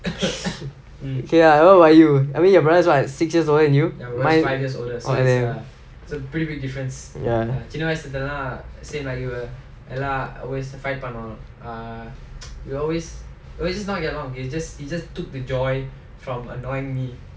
okay lah what about you I mean your brother is what six years older than you ya